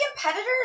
competitors